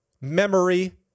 memory